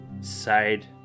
side